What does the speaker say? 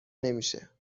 نمیشه